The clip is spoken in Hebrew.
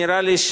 נראה לי,